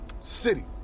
City